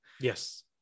yes